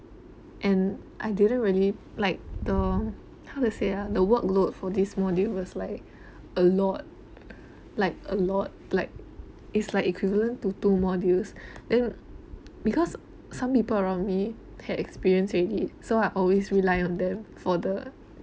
and I didn't really like the how to say ah the workload for this module was like a lot like a lot like it's like equivalent to two modules then because some people around me had experience already so I always rely on them for the